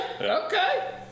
okay